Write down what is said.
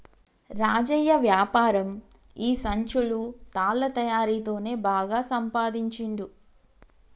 రాజయ్య వ్యాపారం ఈ సంచులు తాళ్ల తయారీ తోనే బాగా సంపాదించుండు